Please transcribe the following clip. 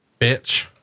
Bitch